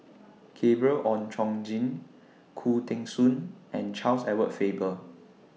Gabriel Oon Chong Jin Khoo Teng Soon and Charles Edward Faber